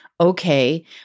okay